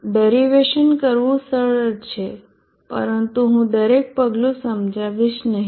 derivation કરવું સરળ છે પરંતુ હું દરેક પગલું સમજાવીશ નહિ